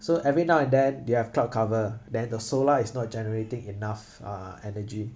so every now and then they have cloud cover then the solar is not generating enough uh energy